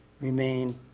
remain